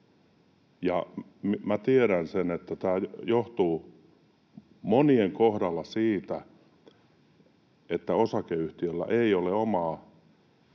tiedän sen, että tämä johtuu monien kohdalla siitä, että osakeyhtiöllä ei ole omaa